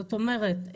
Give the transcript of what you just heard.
זאת אומרת,